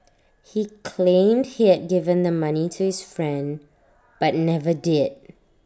he claimed he had given the money to his friend but never did